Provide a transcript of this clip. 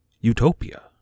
utopia